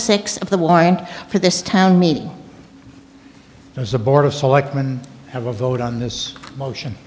six of the warrant for this town meeting there's a board of selectmen have a vote on this motion